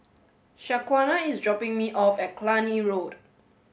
Shaquana is dropping me off at Cluny Road